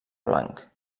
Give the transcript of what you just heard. blanc